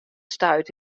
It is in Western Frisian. stuit